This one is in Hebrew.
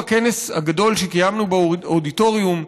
בכנס הגדול שקיימנו באודיטוריום,